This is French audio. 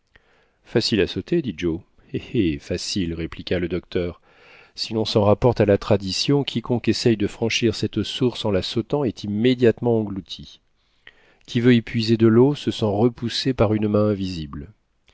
facile à sauter dit joe eh eh facile répliqua le docteur si l'on s'en rapporte à la tradition quiconque essaye de franchir cette source en la sautant est immédiatement englouti qui veut y puiser de l'eau se sent repoussé par une main invisible